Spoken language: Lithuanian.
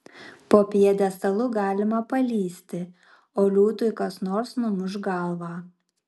po pjedestalu galima palįsti o liūtui kas nors numuš galvą